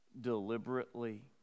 deliberately